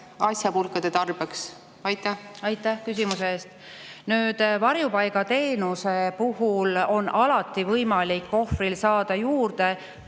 asjapulkade tarbeks. Aitäh küsimuse eest! Varjupaigateenuse puhul on alati võimalik ohvril saada juurde